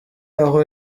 aho